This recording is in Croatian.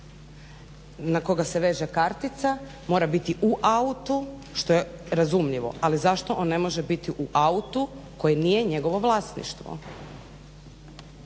na koga se veže kartica, mora biti u autu što je razumljivo ali zašto on ne može biti u autu koji nije njegovo vlasništvo.